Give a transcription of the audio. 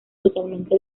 totalmente